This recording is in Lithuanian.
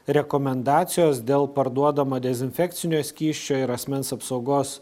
rekomendacijos dėl parduodamo dezinfekcinio skysčio ir asmens apsaugos